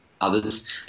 others